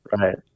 Right